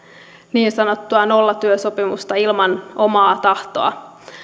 niin sanottua nollatyösopimusta ilman omaa tahtoa